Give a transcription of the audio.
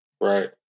right